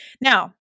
Now